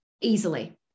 easily